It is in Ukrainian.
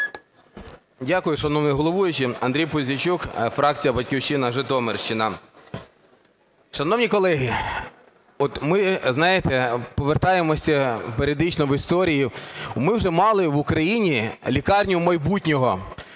Дякую, шановний головуючий. Андрій Пузійчук, фракція "Батьківщина", Житомирщина. Шановні колеги, от ми, знаєте, повертаємося періодично в історію, ми вже мали в Україні лікарню майбутнього.